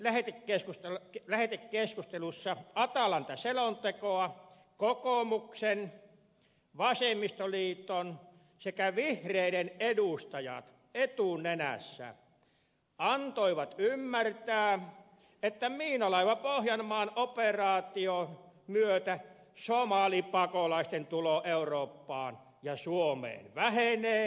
kun käsittelimme lähetekeskustelussa atalanta selontekoa kokoomuksen vasemmistoliiton sekä vihreiden edustajat etunenässä antoivat ymmärtää että miinalaiva pohjanmaan operaation myötä somalipakolaisten tulo eurooppaan ja suomeen vähenee jos ei peräti lopu